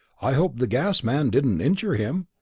i hope the gas-man didn't injure him?